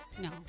No